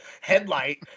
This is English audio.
headlight